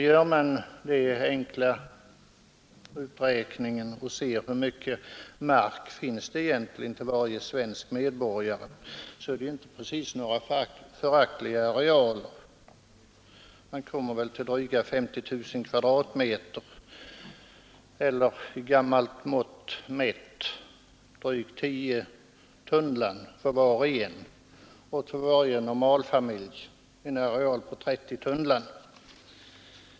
Gör man en enkel beräkning av hur mycket mark som egentligen finns till varje svensk medborgare, så finner man att det inte precis är några föraktliga arealer. Man kommer fram till att det är drygt 50 000 kvadratmeter eller, i gammalt mått mätt, drygt 10 tunnland för var och en, och till varje normalfamilj blir det en areal på 30 tunnland.